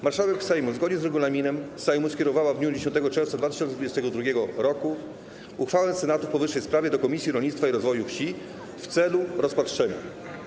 Marszałek Sejmu zgodnie z regulaminem Sejmu skierowała w dniu 10 czerwca 2022 r. uchwałę Senatu w powyższej sprawie do Komisji Rolnictwa i Rozwoju Wsi w celu rozpatrzenia.